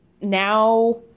now